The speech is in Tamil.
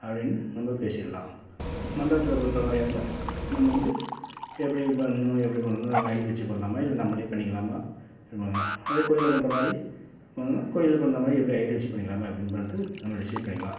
அப்படின்னு நம்ம பேசிடலாம் மண்டபத்தில் பண்ணுற மாதிரியா இருந்தால் நம்ம வந்து எப்படி பண்ணும் எப்படி பண்ணா நம்ம ஐயர் வச்சு பண்ணலாமா இல்லை நம்மளே பண்ணிக்கலாமா அதே கோவில்ல பண்ணுற மாதிரி இன்னொன்னு கோவில்ல பண்ணுற மாதிரி எப்படி ஐயரு வச்சு பண்ணிக்கலாமா எப்படின்னு பார்த்து நம்ம டிசைட் பண்ணிக்கலாம்